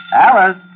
Alice